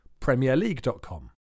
premierleague.com